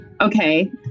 Okay